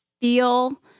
feel